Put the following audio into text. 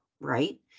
Right